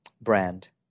brand